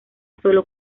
solo